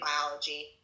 biology